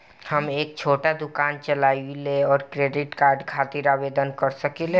हम एक छोटा दुकान चलवइले और क्रेडिट कार्ड खातिर आवेदन कर सकिले?